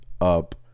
up